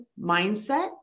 mindset